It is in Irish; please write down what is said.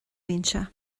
mbinse